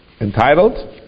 entitled